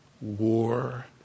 war